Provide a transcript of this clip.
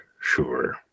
sure